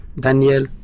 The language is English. Daniel